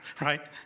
right